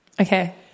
Okay